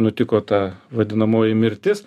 nutiko ta vadinamoji mirtis